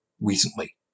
recently